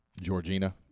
Georgina